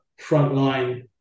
frontline